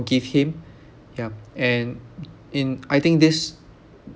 forgive him yup and in I think this